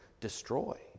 destroy